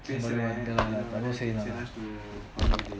பேசுறான் எல்லாம்:peasuran ellam